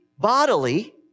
Bodily